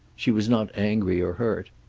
she was not angry or hurt.